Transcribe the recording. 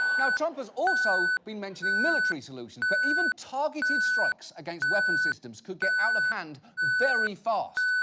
now trump has also been mentioning military solutions, but even targeted strikes against weapons systems could get out of hand very fast.